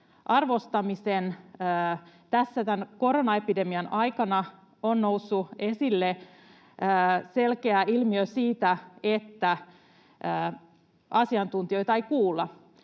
tämän koronaepidemian aikana on noussut esille selkeä ilmiö, että asiantuntijoita ei kuulla,